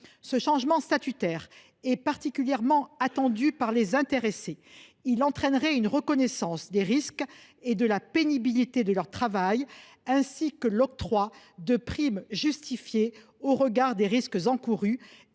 Ce changement statutaire tant attendu par les intéressés entraînerait une reconnaissance des risques et de la pénibilité de leur travail ainsi que l’octroi de primes, justifiées au regard des dangers encourus